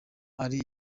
ari